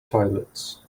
toilets